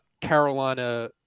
Carolina